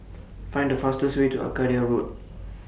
Find The fastest Way to Arcadia Road